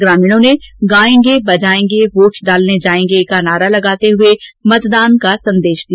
ग्रामीणों ने गाएंगे बजाएंगे वोट डालने जाएंगे का नारा लगाते हुए मतदान करने का संदेश दिया